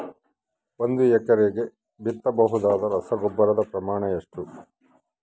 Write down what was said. ಒಂದು ಎಕರೆಗೆ ಬಿತ್ತಬಹುದಾದ ರಸಗೊಬ್ಬರದ ಪ್ರಮಾಣ ಎಷ್ಟು?